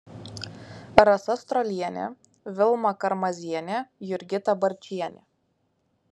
rasa strolienė vilma karmazienė jurgita barčienė